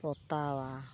ᱯᱚᱛᱟᱣᱟ